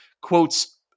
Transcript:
Quotes